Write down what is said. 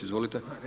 Izvolite.